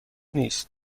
نیست